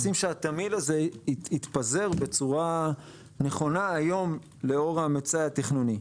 אנחנו רוצים שהתמהיל הזה התפזר בצורה נכונה היום לאור המצע התכנוני.